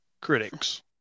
critics